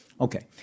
Okay